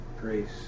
grace